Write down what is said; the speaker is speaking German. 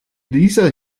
dieser